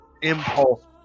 impulse